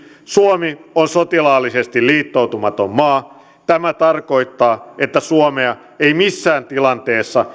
suomi on sotilaallisesti liittoutumaton maa tämä tarkoittaa että suomea ei missään tilanteessa